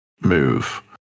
move